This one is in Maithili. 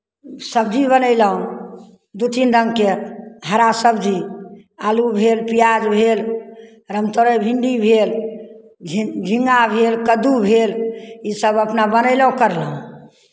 सबजी बनयलहुँ दू तीन रङ्गके हरा सबजी आलू भेल पियाज भेल राम तरोइ भिण्डी भेल झिं झिङ्गा भेल कददू भेल इसभ अपना बनयलहुँ करलहुँ